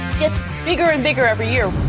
gets bigger and bigger every year.